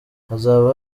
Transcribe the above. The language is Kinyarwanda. hazaba